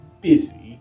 busy